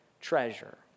treasure